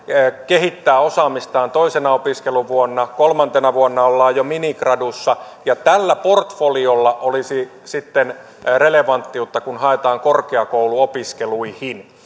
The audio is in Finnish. kehittää osaamistaan toisena opiskeluvuonna kolmantena vuonna ollaan jo minigradussa ja tällä portfoliolla olisi sitten relevanttiutta kun haetaan korkeakouluopiskeluihin